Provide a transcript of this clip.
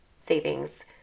savings